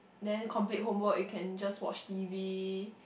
then complete homework you can watch T_V